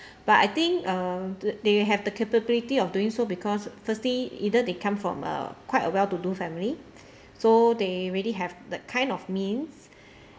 but I think uh th~ they have the capability of doing so because firstly either they come from uh quite a well to do family so they really have the kind of means